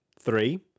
three